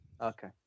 Okay